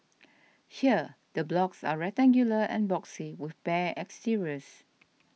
here the blocks are rectangular and boxy with bare exteriors